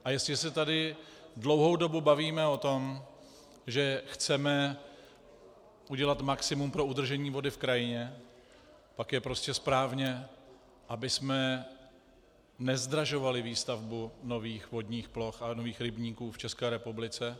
A jestliže se tady dlouhou dobu bavíme o tom, že chceme udělat maximum pro udržení vody v krajině, pak je prostě správně, abychom nezdražovali výstavbu nových vodních ploch a nových rybníků v České republice.